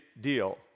deal